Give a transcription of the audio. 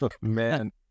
man